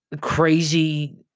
crazy